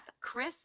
Chris